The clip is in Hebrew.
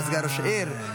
היה סגן ראש העיר.